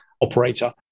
operator